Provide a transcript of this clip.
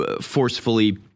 forcefully